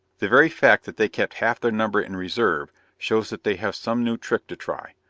the very fact that they kept half their number in reserve shows that they have some new trick to try.